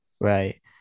Right